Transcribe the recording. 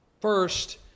First